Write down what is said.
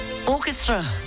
Orchestra